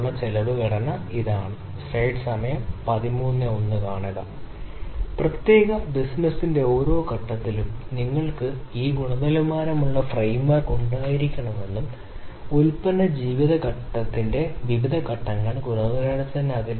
അതിനാൽ അതിനാൽ ഏതാണ്ട് നൂറുശതമാനം സാഹചര്യങ്ങളിൽ പൂർണ്ണമാകും പ്രത്യേക ആട്രിബ്യൂട്ട് പാരാമീറ്ററുകളുടെ രൂപകൽപ്പന ആട്രിബ്യൂട്ട് ടോളറൻസുകളുമായുള്ള സ്ഥിരത ആട്രിബ്യൂട്ട് രൂപകൽപ്പന ചെയ്ത ഘട്ടം അതിനാൽ നിങ്ങൾ പരാമർശിച്ചത് അങ്ങനെയാണ് ഗുണനിലവാര നഷ്ടം